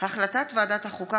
הצעת ועדת החוקה,